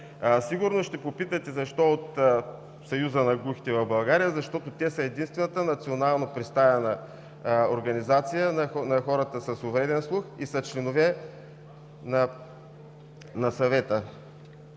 Сигурно ще попитате защо от Съюза на глухите в България. Защото те са единствената национално представена организация на хората с увреден слух и са членове на Съвета.